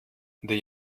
der